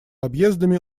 объездами